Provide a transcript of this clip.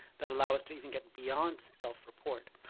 that allow us to even get beyond self-report.